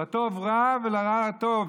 לטוב רע ולרע טוב,